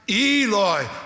Eloi